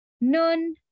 none